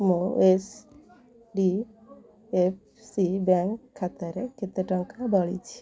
ମୋ H D F C bank ଖାତାରେ କେତେ ଟଙ୍କା ବଳିଛି